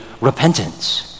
repentance